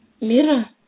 Mira